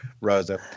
Rosa